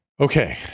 Okay